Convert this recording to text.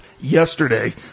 yesterday